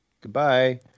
goodbye